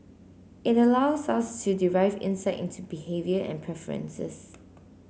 it allows us to derive insight into behaviour and preferences